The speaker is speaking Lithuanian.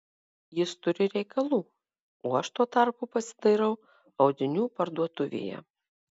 jis turi reikalų o aš tuo tarpu pasidairau audinių parduotuvėje